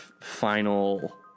final